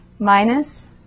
Minus